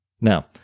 Now